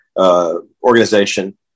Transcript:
organization